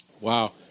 Wow